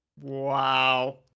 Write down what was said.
Wow